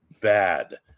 bad